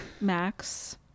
Max